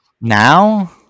now